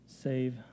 save